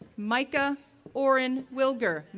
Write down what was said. micah orrin wilger,